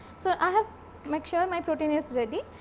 so, i have to make sure my protein is ready.